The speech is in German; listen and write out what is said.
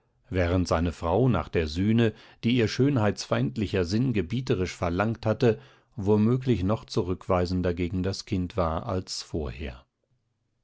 während seine frau nach der sühne die ihr schönheitsfeindlicher sinn gebieterisch verlangt hatte womöglich noch zurückweisender gegen das kind war als vorher